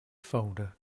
folder